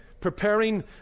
preparing